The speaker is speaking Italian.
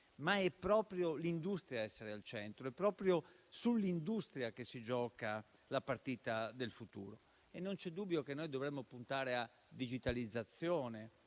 ma è proprio l'industria ad essere al centro ed è proprio sull'industria che si gioca la partita del futuro. Non c'è dubbio che dovremmo puntare a digitalizzazione,